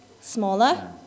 smaller